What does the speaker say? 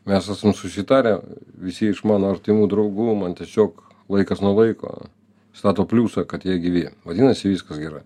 mes esam susitarę visi iš mano artimų draugų man tiesiog laikas nuo laiko stato pliusą kad jie gyvi vadinasi viskas gerai